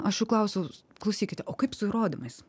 aš jų klausiau klausykite o kaip su įrodymais